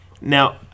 now